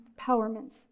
empowerments